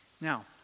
now